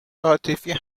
عاطفی